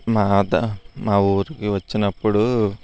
మాద మా ఊరికి వచ్చినప్పుడు